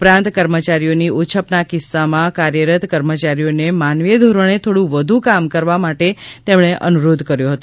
ઉપરાંત કર્મચારીઓની ઓછપના કિસ્સામાં કાર્યરત કર્મચારીઓને માનવીય ધોરણે થોડું વધુ કામ કરવા માટે અનુરોધ કર્યો હતો